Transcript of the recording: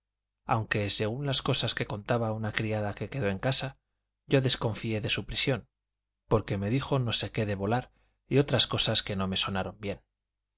aunque según las cosas que contaba una criada que quedó en casa yo desconfié de su prisión porque me dijo no sé qué de volar y otras cosas que no me sonaron bien